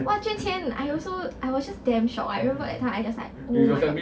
what 捐钱 I also I was just damn shocked I remember that time I just like oh